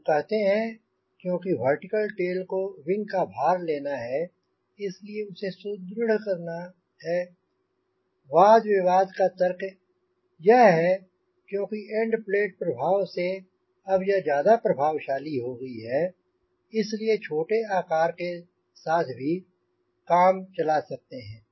हम कहते हैं क्योंकि वर्टिकल टेल को विंग का भार लेना है इसलिए उसे सुदृढ़ करना है वाद विवाद का तर्क यह है क्योंकि एंड प्लेट प्रभाव से अब यह ज्यादा प्रभावी हो गई है इसलिए छोटे आकर के साथ भी काम चला सकते हैं